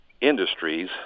industries